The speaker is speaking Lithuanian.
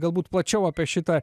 galbūt plačiau apie šitą